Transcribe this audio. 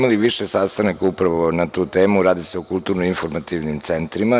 Imali smo više sastanaka upravo na tu temu. radi se o kulturno-informativnim centrima.